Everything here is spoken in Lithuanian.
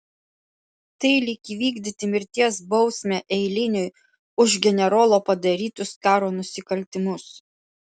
tai lyg įvykdyti mirties bausmę eiliniui už generolo padarytus karo nusikaltimus